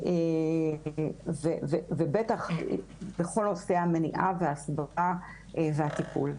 ובטח בכל נושא המניעה, ההסברה והטיפול.